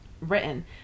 written